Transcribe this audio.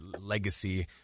legacy